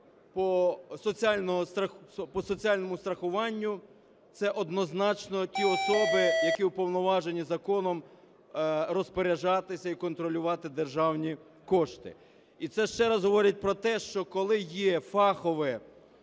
соціального страхування, це однозначно ті особи, які уповноважені законом розпоряджатися і контролювати державні кошти. І це ще раз говорить про те, що коли є фахове